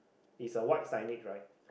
it's a white signage right